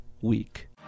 week